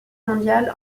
mondiale